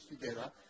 together